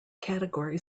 category